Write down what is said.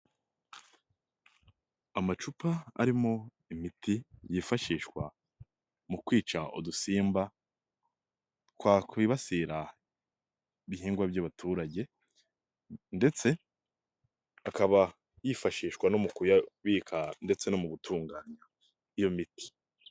Amacupa arimo imiti yifashishwa, mu kwica udusimba, twakwibasira, ibihingwa by'abaturage ndetse akaba yifashishwa no mu kuyabika ndetse no mu gutunga, iyo miti.